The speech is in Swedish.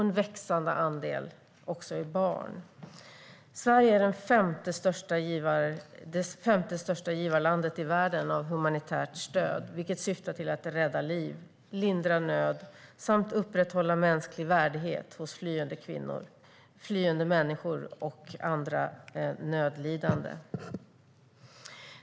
En växande andel är också barn. Sverige är det femte största givarlandet i världen av humanitärt stöd, vilket syftar till att rädda liv, lindra nöd samt upprätthålla mänsklig värdighet hos flyende människor och andra nödlidande.